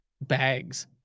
bags